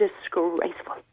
disgraceful